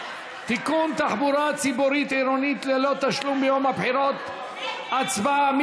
תחבורה ציבורית עירונית ללא תשלום ביום הבחירות לצורר הצבעה),